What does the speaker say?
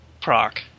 proc